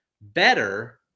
better